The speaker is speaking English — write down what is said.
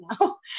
now